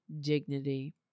dignity